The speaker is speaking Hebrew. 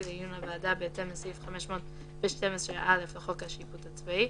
לעיון הוועדה בהתאם לסעיף 512(א) לחוק השיפוט הצבאי,